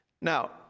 Now